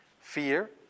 Fear